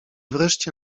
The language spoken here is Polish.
wreszcie